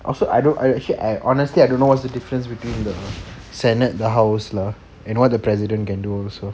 I also I don't I actually honestly I don't know what's the difference between the senate the house and what the president can do also